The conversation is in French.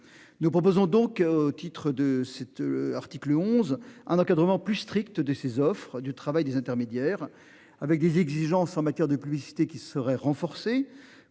Nous proposons donc titre de cet article 11. Un encadrement plus strict de ces offres du travail des intermédiaires avec des exigences en matière de publicité qui serait renforcée